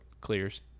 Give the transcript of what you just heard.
clears